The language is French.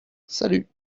salut